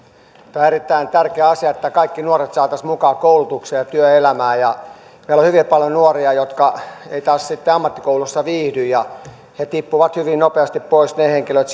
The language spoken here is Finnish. on erittäin tärkeä asia että kaikki nuoret saataisiin mukaan koulutukseen ja työelämään meillä on hyvin paljon nuoria jotka eivät ammattikoulussa viihdy ja sieltä koulutusjärjestelmästä tippuvat hyvin nopeasti pois ne henkilöt